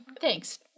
thanks